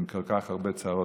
עם כל כך הרבה צרות,